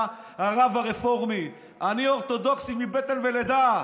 הרב הרפורמי: אני אורתודוקסי מבטן ומלידה.